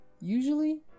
Usually